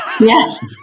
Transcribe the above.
Yes